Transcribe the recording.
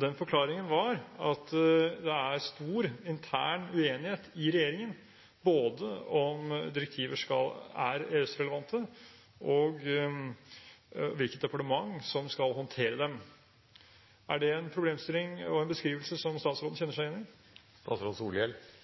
Den forklaringen var at det er stor intern uenighet i regjeringen både om direktiver er EØS-relevante, og hvilket departement som skal håndtere dem. Er det en problemstilling og en beskrivelse som statsråden kjenner seg igjen i?